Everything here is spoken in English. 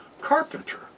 carpenter